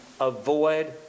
Avoid